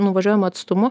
nuvažiuojamu atstumu